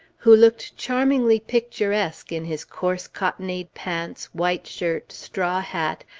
who looked charmingly picturesque in his coarse cottonade pants, white shirt, straw hat,